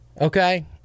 Okay